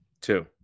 Two